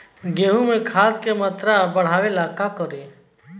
गेहूं में खाद के मात्रा बढ़ावेला का करी?